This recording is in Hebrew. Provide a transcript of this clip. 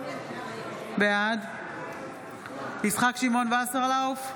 בעד יצחק שמעון וסרלאוף,